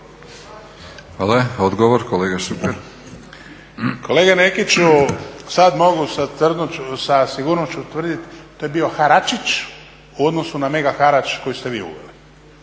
Šuker. **Šuker, Ivan (HDZ)** Kolega Nekiću sad mogu sa sigurnošću ustvrditi to je bio haračić u odnosu na mega harač koji ste vi uveli,